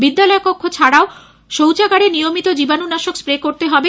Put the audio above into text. বিদ্যালয় কক্ষ ছাড়াও শৌচাগারে নিয়মিত জীবাণুনাশক স্প্রে করতে হবে